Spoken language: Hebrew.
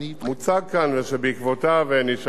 שבעקבותיו נשאלה השאילתא,